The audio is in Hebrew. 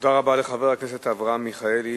תודה רבה לחבר הכנסת אברהם מיכאלי.